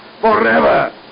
forever